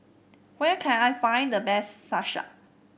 where can I find the best Salsa